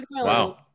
Wow